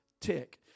tick